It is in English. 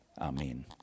Amen